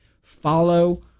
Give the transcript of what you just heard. follow